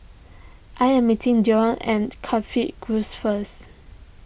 I am meeting Del at Coffee Grove first